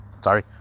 sorry